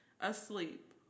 asleep